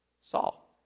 Saul